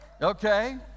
Okay